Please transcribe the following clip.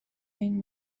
این